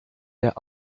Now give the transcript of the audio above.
der